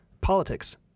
politics